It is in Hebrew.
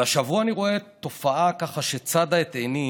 אבל השבוע אני רואה תופעה שצדה את עיני.